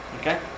Okay